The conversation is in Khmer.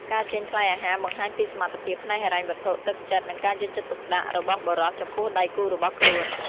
ការចេញថ្លៃអាហារបង្ហាញពីសមត្ថភាពផ្នែកហិរញ្ញវត្ថុ ទឹកចិត្ត និងការយកចិត្តទុកដាក់របស់បុរសចំពោះដៃគូរបស់ខ្លួន។